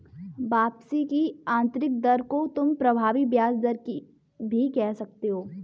वापसी की आंतरिक दर को तुम प्रभावी ब्याज दर भी कह सकते हो